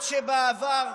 שבעבר,